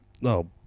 No